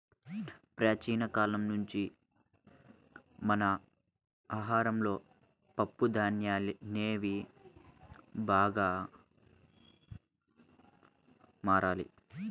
ప్రాచీన కాలం నుంచే మన ఆహారంలో పప్పు ధాన్యాలనేవి భాగంగా మారాయి